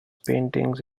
paintings